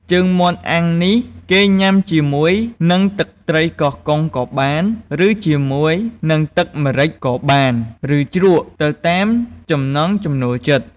ជើងមាន់អាំងនេះគេញ៉ាំជាមួយនឹងទឹកត្រីកោះកុងក៏បាន ឬជាមួយនឹងទឹកម្រេចក៏បាន ឬជ្រក់ ទៅតាមចំណង់ចំណូលចិត្ត។